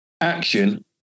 action